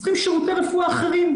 שצריכות שירותי רפואה אחרים,